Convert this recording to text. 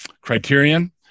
criterion